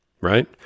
Right